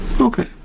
Okay